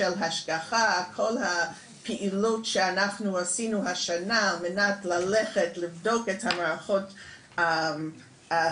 כל הפעילות שאנחנו עשינו השנה על מנת ללכת לבדוק את מערכות החינוך,